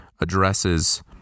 addresses